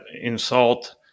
insult